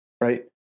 right